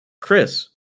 Chris